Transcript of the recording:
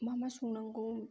मा मा संनांगौ